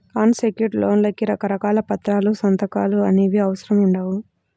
అన్ secured లోన్లకి రకరకాల పత్రాలు, సంతకాలు అనేవి అవసరం ఉండవు